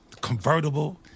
convertible